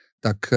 tak